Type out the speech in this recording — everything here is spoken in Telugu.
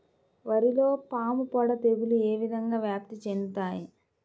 వరిలో పాముపొడ తెగులు ఏ విధంగా వ్యాప్తి చెందుతాయి?